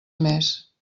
més